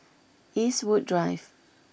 Eastwood Drive